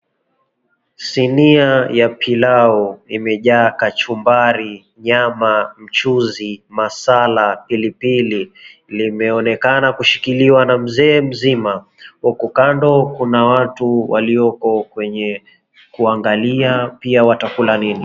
Sinia ya pilau imejaa kachumbari, nyama, mchuzi, masala, pilipili. Limeonekana kushikiliwa na mzee mzima, huku kando kuna watu walioko kwenye kuangalia pia watakula nini.